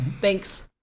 Thanks